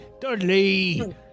Dudley